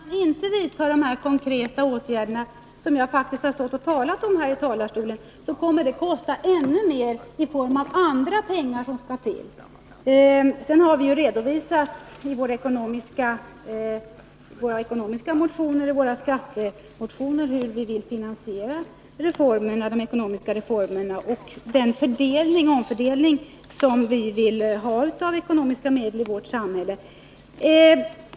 Fru talman! Om man inte vidtar de konkreta åtgärder som jag faktiskt har redovisat från denna talarstol, kommer det att kosta ännu mer i form av andra pengar som skall till. Vidare: Vi har redovisat i våra ekonomiska motioner, bl.a. i våra 89 skattemotioner, hur vi vill finansiera de ekonomiska reformerna och vilken omfördelning av ekonomiska medel i vårt samhälle som vi vill ha.